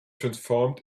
transformed